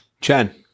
Chen